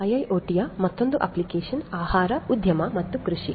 IIoT ಯ ಮತ್ತೊಂದು application ಆಹಾರ ಉದ್ಯಮ ಮತ್ತು ಕೃಷಿ